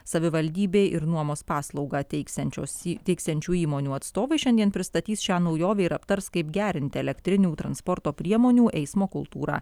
savivaldybei ir nuomos paslaugą teiksiančios teiksiančių įmonių atstovai šiandien pristatys šią naujovę ir aptars kaip gerinti elektrinių transporto priemonių eismo kultūrą